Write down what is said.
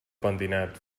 pentinat